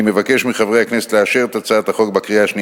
אני מבקש מחברי הכנסת לאשר את הצעת החוק בקריאה